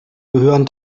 gehören